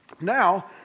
now